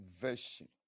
Version